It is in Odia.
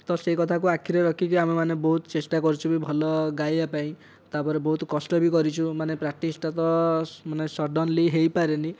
ତ ସେହି କଥାକୁ ଆଖିରେ ରଖିକି ଆମେ ମାନେ ବହୁତ ଚେଷ୍ଟା କରିଛୁ ଭି ଭଲ ଗାଇବା ପାଇଁ ତା'ପରେ ବହୁତ କଷ୍ଟ ଭି କରିଛୁ ମାନେ ପ୍ରାକ୍ଟିସ୍ଟା ତ ମାନେ ସଡ଼ନ୍ଲି ହେଇପାରେନି